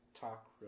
talk